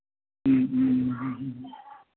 ഉം ഉം ഉം ഉം